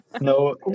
No